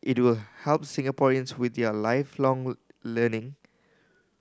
it will help Singaporeans with their Lifelong Learning